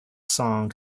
song